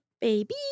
baby